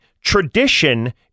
tradition